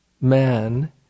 man